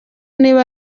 niba